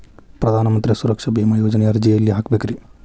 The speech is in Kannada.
ಪ್ರಧಾನ ಮಂತ್ರಿ ಸುರಕ್ಷಾ ಭೇಮಾ ಯೋಜನೆ ಅರ್ಜಿ ಎಲ್ಲಿ ಹಾಕಬೇಕ್ರಿ?